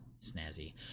snazzy